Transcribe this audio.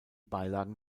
beilagen